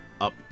up